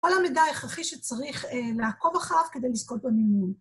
כל המידע ההכרחי שצריך לעקוב אחריו כדי לזכות במימון.